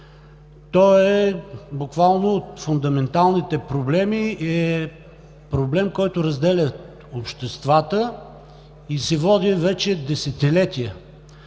Той буквално е от фундаменталните проблеми и е проблем, който разделя обществата, и се води вече десетилетия.